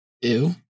Ew